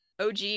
OG